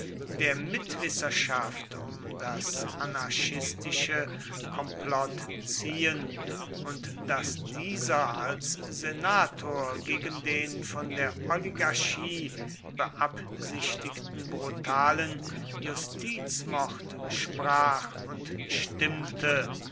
der mitwisserschaft um das anarchistische komplott ziehen und daß dieser als senator gegen den von der oligarchie beabsichtigten brutalen justizmord sprach und stimmte